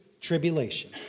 Tribulation